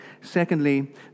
Secondly